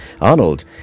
Arnold